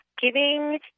giving